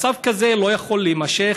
מצב כזה לא יכול להימשך.